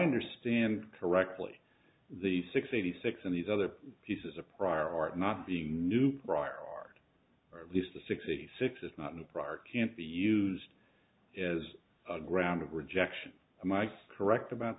understand correctly the six eighty six and these other pieces a prior art not being new prior art or at least the sixty six if not in prior can't be used as a ground of rejection mike correct about